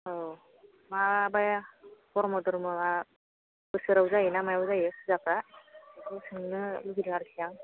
औ माबाया ब्रम्ह धोरोमआ बोसोराव जायो ना मायाव जायो पुजाफोरा बेखौ सोंनो लुगैदों आरोखि आं